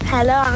Hello